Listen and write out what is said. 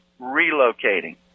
relocating